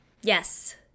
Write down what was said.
Yes